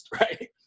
right